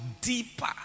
deeper